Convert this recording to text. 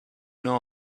know